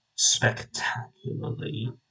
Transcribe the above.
...spectacularly